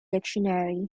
dictionary